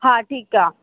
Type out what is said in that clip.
हा ठीकु आहे